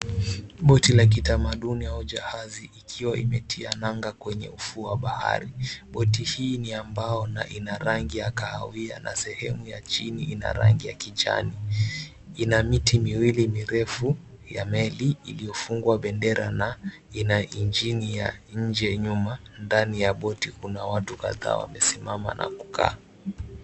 Boti la kitamaduni au jahazi ikiwa imetia nanga kwenye ufuo wa bahari. Boti hii ni ya mbao na ina rangi ya kahawia na sehemu ya chini ina rangi ya kijani. Ina miti miwili mirefu ya meli iliyofungwa bendera na ina injini ya nje nyuma. Ndani ya boti kuna watu kadhaa wamesimama na kukaa.